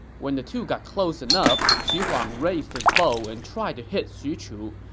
when the two got close enough, xu huang raised his bow and tried to hit xu chu,